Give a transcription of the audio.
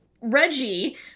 Reggie